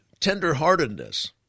Tenderheartedness